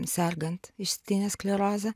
sergant išsėtine skleroze